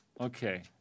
Okay